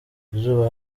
izuba